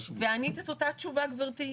וענית את אותה תשובה גברתי,